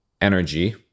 energy